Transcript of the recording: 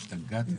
השתגעתם?